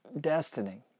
destiny